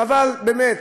חבל, באמת.